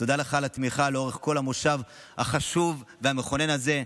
תודה לך על התמיכה לאורך כל המושב החשוב והמכונן הזה.